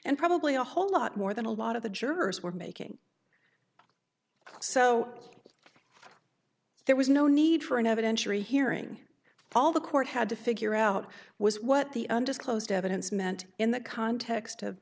and probably a whole lot more than a lot of the jurors were making so there was no need for an evidentiary hearing all the court had to figure out was what the undisclosed evidence meant in the context of